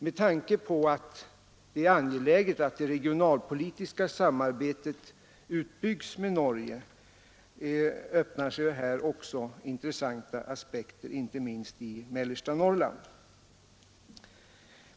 Med tanke på att det är angeläget att det regionalpolitiska samarbetet med Norge utbyggs öppnar sig här också intressanta aspekter inte minst i mellersta Norrland.